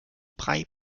brei